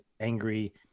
angry